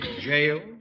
Jail